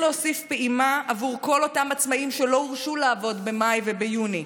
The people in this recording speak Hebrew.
צריך להוסיף פעימה עבור כל אותם עצמאים שלא הורשו לעבוד במאי וביוני.